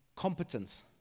Competence